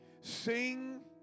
Sing